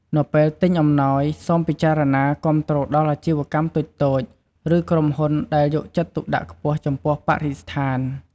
នៅពេលទិញអំណោយ សូមពិចារណាគាំទ្រដល់អាជីវកម្មតូចៗ ឬក្រុមហ៊ុនដែលយកចិត្តទុកដាក់ខ្ពស់ចំពោះបរិស្ថាន។